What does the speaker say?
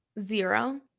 Zero